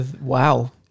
Wow